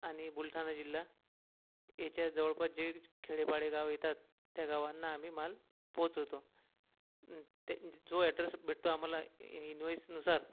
आणि बुलढाणा जिल्हा ह्याच्या जवळपास जे खेडेपाडे गाव येतात त्या गावांना आम्ही माल पोचवतो ते जो ॲड्रेस भेटतो आम्हाला इनवॉइसनुसार